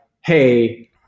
hey